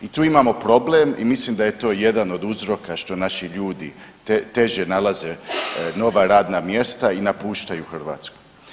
I tu imamo problem i mislim da je to jedan od uzroka što naši ljudi teže nalaze nova radna mjesta i napuštaju Hrvatsku.